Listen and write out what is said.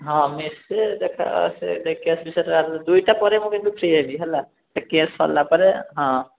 ହଁ ମିଶିଲେ ଦେଖାହବ ସେ ଦେଖିବା ଦୁଇଟା ପରେ ମୁଁ କିନ୍ତୁ ଫ୍ରି ହେବି ହେଲା ସେ କେସ୍ ସରିଲା ପରେ ହଁ